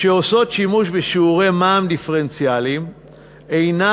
שעושות שימוש בשיעורי מע"מ דיפרנציאליים אינה